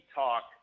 talk